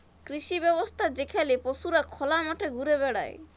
কৃষি ব্যবস্থা যেখালে পশুরা খলা মাঠে ঘুরে বেড়ায়